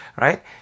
right